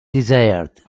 desired